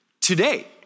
Today